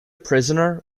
prisoner